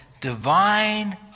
divine